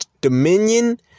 dominion